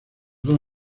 dos